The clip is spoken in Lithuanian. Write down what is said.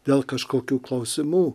dėl kažkokių klausimų